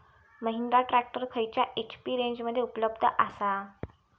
Mahindra tractor खयल्या HP रेंजमध्ये उपलब्ध आसा?